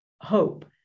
hope